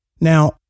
Now